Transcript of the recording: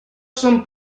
són